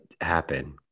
happen